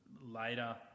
Later